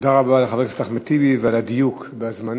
תודה רבה לחבר הכנסת אחמד טיבי, ועל הדיוק בזמנים.